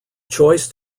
choice